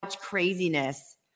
Craziness